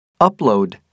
Upload